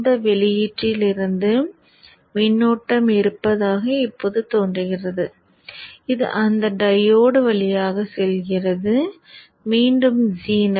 இந்த வெளியீட்டில் இருந்து மின்னோட்டம் இருப்பதாக இப்போது தோன்றுகிறது அது இந்த டையோடு வழியாக செல்கிறது மீண்டும் ஜீனர்